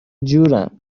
جورم